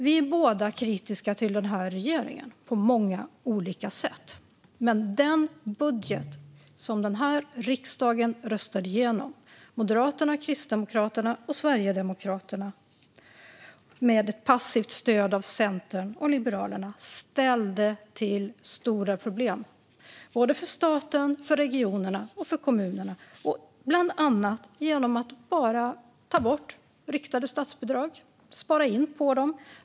Vi är båda kritiska till den här regeringen, på många olika sätt, men den budget som den här riksdagen röstade igenom tack vare Moderaterna, Kristdemokraterna och Sverigedemokraterna, med ett passivt stöd från Centern och Liberalerna, ställde till stora problem för såväl staten som för regionerna och för kommunerna. Man ställde till det bland annat genom att helt enkelt ta bort riktade statsbidrag och spara in på dem.